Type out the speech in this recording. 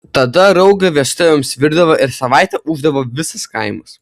tada raugą vestuvėms virdavo ir savaitę ūždavo visas kaimas